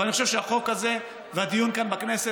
אבל אני חושב שהחוק הזה והדיון כאן בכנסת